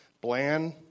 bland